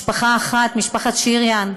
משפחת שיריאן,